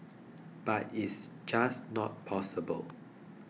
but it's just not possible